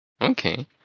Okay